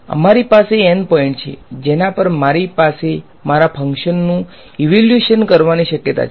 અમારી પાસે N point છે જેના પર મારી પાસે મારા ફંકશન્સ નું ઈવેલ્યુએશન કરવાની શક્યતા છે